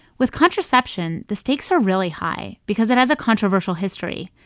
with contraception, the stakes are really high because it has a controversial history.